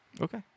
Okay